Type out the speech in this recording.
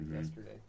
Yesterday